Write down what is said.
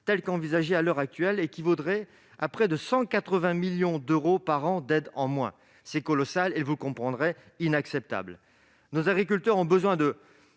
est envisagée à l'heure actuelle, équivaudrait à près de 180 millions d'euros par an d'aides en moins. C'est colossal et, vous le comprendrez, inacceptable. Nos agriculteurs ont plusieurs